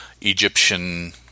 egyptian